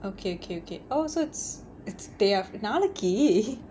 okay okay okay oh so it's it's day aft~ நாளக்கி:naalakki